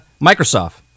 microsoft